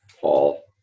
Paul